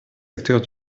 acteurs